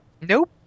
nope